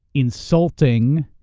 insulting,